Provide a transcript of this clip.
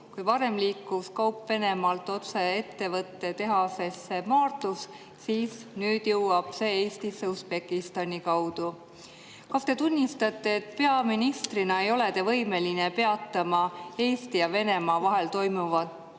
Kui varem liikus kaup Venemaalt otse ettevõtte tehasesse Maardus, siis nüüd jõuab see Eestisse Usbekistani kaudu. Kas te tunnistate, et peaministrina te ei ole võimeline peatama Eesti ja Venemaa vahel toimuvat